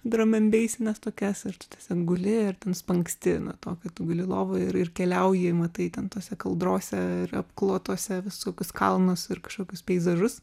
dramembeisines tokias ir ten sau guli ir ten spangsti nuo to kad tu guli lovoje ir keliauji matai ten tose audrose ir apklotuose visokius kalnus ir kažkokius peizažus